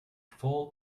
full